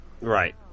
Right